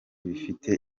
bifite